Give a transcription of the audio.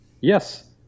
Yes